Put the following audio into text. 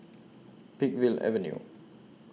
Peakville Avenue